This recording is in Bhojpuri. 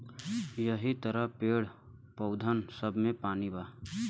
यहि तरह पेड़, पउधन सब मे पानी बा